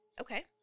Okay